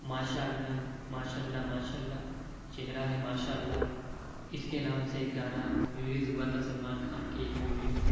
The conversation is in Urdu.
ماشاء اللہ ماشاء اللہ ماشاء اللہ چہرہ ہے ماشاء اللہ اِس کے نام سے ایک گانا ریلیز ہُوا تھا سلمان خان کی ایک مووی میں